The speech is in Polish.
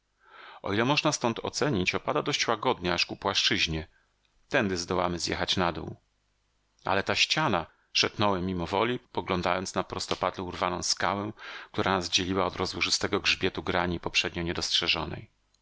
o ile można stąd ocenić opada dość łagodnie aż ku płaszczyźnie tędy zdołamy zjechać na dół ale ta ściana szepnąłem mimowoli poglądając na prostopadle urwaną skałę która nas dzieliła od rozłożystego grzbietu grani poprzednio nie